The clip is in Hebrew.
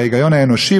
ולא בהיגיון האלוקי.